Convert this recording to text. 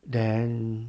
then